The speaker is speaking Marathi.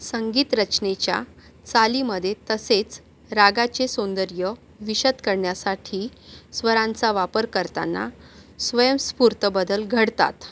संगीतरचनेच्या चालीमध्ये तसेच रागाचे सौंदर्य विशद करण्यासाठी स्वरांचा वापर करताना स्वयंस्फूर्त बदल घडतात